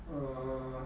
err